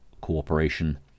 cooperation